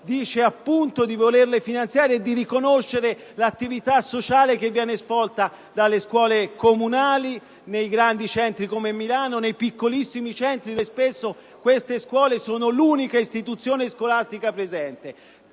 dicendo di volerle finanziare e di riconoscere l'attività sociale che viene svolta dalle scuole comunali, sia nei grandi centri come Milano sia in quelli piccolissimi, dove spesso esse sono l'unica istituzione scolastica presente